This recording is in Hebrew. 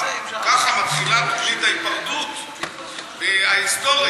ככה מתחילה תוכנית ההיפרדות ההיסטורית.